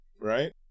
right